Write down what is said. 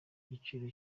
igiciro